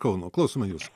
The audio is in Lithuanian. kauno klausome jus